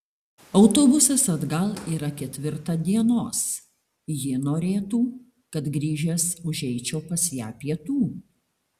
autobusas atgal yra ketvirtą dienos ji norėtų kad grįžęs užeičiau pas ją pietų